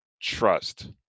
trust